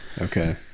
okay